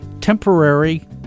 temporary